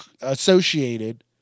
associated